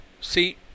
See